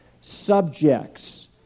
subjects